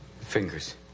Fingers